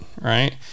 Right